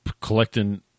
collecting